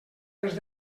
les